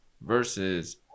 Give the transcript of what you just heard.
versus